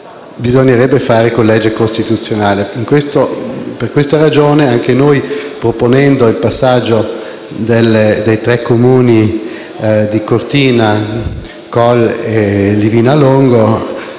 bisognerebbe agire con una legge costituzionale. Per questa ragione, anche noi, proponendo il passaggio dei tre Comuni di Cortina d'Ampezzo,